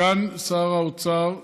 סגן שר האוצר,